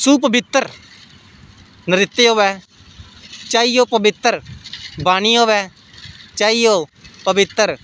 सूपवित्तर नृत्य होऐ चाहे ओह् पवित्तर वाणि होऐ चाहे ओह् पवित्तर